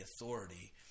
authority